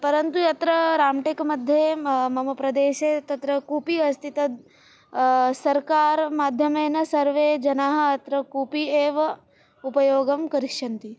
परन्तु यत्र राम्टेक् मध्ये म मम प्रदेशे तत्र कूपी अस्ति तद् सर्वकारमाध्यमेन सर्वे जनाः अत्र कूपी एव उपयोगं करिष्यन्ति